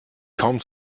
kaum